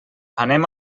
anem